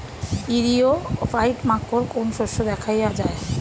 ইরিও ফাইট মাকোর কোন শস্য দেখাইয়া যায়?